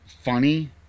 funny